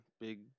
big